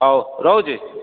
ହଉ ରହୁଛି